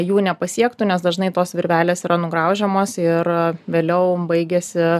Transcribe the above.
jų nepasiektų nes dažnai tos virvelės yra nugraužiamos ir vėliau baigiasi